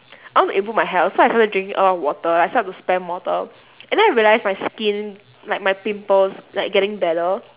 I want to improve my health so I started to drink a lot of water I started to spam water and then I realised my skin like my pimples like getting better